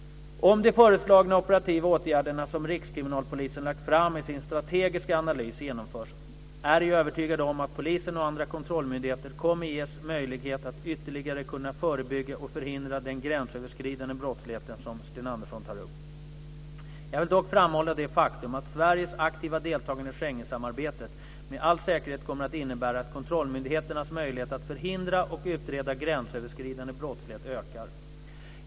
Om de föreslagna operativa åtgärderna som Rikskriminalpolisen lagt fram i sin strategiska analys genomförs är jag övertygad om att polisen och andra kontrollmyndigheter kommer ges möjlighet att ytterligare kunna förebygga och förhindra den gränsöverskridande brottsligheten som Sten Andersson tar upp. Jag vill dock framhålla det faktum att Sveriges aktiva deltagande i Schengensamarbetet med all säkerhet kommer att innebära att kontrollmyndigheternas möjlighet att förhindra och utreda gränsöverskridande brottslighet ökar.